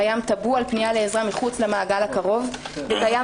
קיים טאבו על פניה לעזרה מחוץ למעגל הקרוב וקיים